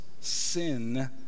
sin